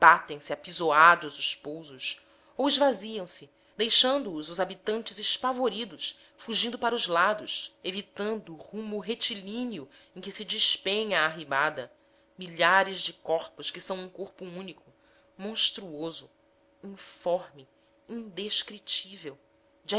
abatem se apisoados os pousos ou esvaziam se deixando-os os habitantes espavoridos fugindo para os lados evitando o rumo retilíneo em que se despenha a arribada milhares de corpos que são um corpo único monstruoso informe indescritível